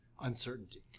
uncertainty